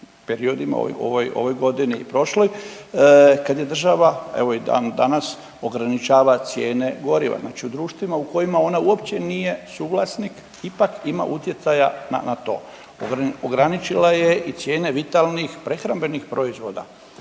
periodima u ovoj godini i prošloj kad je država, evo i dan danas ograničava cijene goriva, znači u društvima u kojima ona uopće nije suvlasnik ipak ima utjecaja na, na to, ograničila je i cijene vitalnih prehrambenih proizvoda.